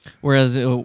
Whereas